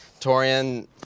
Torian